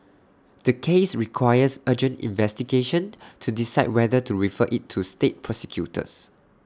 the case requires urgent investigation to decide whether to refer IT to state prosecutors